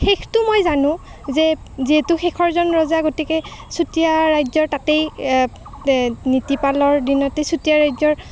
শেষটো মই জানো যে যিহেতু শেষৰজন ৰজা গতিকে চুতীয়া ৰাজ্যৰ তাতেই নীতিপালৰ দিনতে চুতীয়া ৰাজ্যৰ